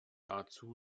dazu